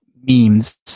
Memes